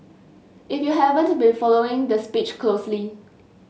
if you haven't been following the speech closely